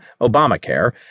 Obamacare